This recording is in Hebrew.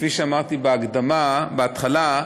כפי שאמרתי בהקדמה, בהתחלה,